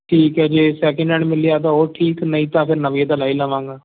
ਠੀਕ ਹੈ ਜੇ ਸੈਕਿੰਡ ਹੈਂਡ ਮਿਲੀਆਂ ਤਾਂ ਉਹ ਠੀਕ ਨਹੀਂ ਤਾਂ ਫਿਰ ਨਵੀਆਂ ਤਾਂ ਲੈ ਹੀ ਲਵਾਂਗਾ